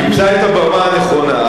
תמצא את הבמה הנכונה,